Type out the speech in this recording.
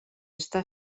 està